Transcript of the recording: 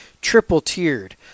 triple-tiered